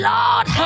Lord